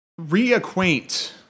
reacquaint